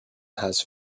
has